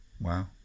Wow